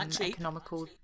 economical